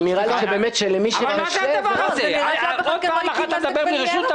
אבל נראה לי --- אם עוד פעם אחת תדבר בלי רשות,